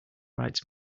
rights